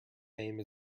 name